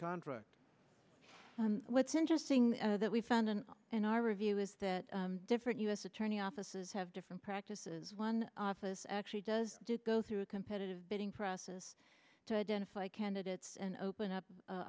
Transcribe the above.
contract what's interesting that we found and in our review is that different u s attorney offices have different practices one office actually does did go through a competitive bidding process to identify candidates and open up